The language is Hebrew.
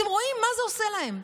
אתם רואים מה זה עושה להם,